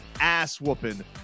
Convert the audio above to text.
ass-whooping